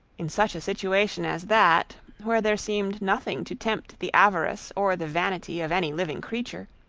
in such a situation as that, where there seemed nothing to tempt the avarice or the vanity of any living creature,